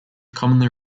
commonly